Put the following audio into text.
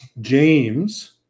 James